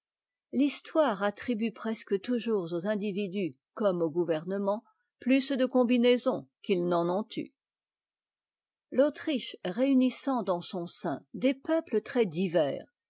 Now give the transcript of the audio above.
l'histoire attribue presque toujours aux individus comme aux gouvernements plus de'combinaison qu'its n'en ont eu l'autriche réunissant dans son sein des peuples